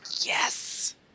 Yes